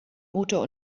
motor